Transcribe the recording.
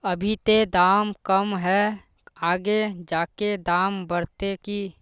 अभी ते दाम कम है आगे जाके दाम बढ़ते की?